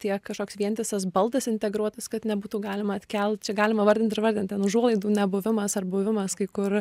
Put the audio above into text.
tiek kažkoks vientisas baldas integruotas kad nebūtų galima atkelt čia galima vardint ir vardint ten užuolaidų nebuvimas ar buvimas kai kur